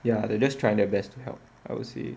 ya they're just trying their best to help I would say